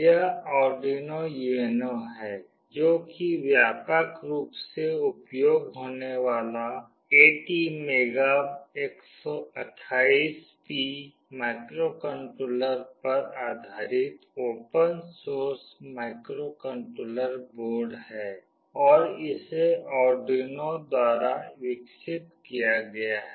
यह Arduino UNO है जो कि व्यापक रूप से उपयोग होने वाला ATmega328P माइक्रोकंट्रोलर पर आधारित ओपन सोर्स माइक्रोकंट्रोलर बोर्ड है और इसे आर्डुइनो द्वारा विकसित किया गया है